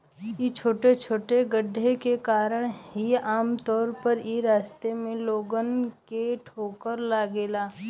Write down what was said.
इ छोटे छोटे गड्ढे के कारण ही आमतौर पर इ रास्ता में लोगन के ठोकर लागेला